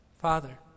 Father